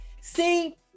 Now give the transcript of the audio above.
See